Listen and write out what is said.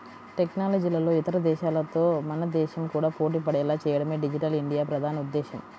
టెక్నాలజీలో ఇతర దేశాలతో మన దేశం కూడా పోటీపడేలా చేయడమే డిజిటల్ ఇండియా ప్రధాన ఉద్దేశ్యం